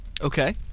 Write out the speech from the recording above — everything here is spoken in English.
Okay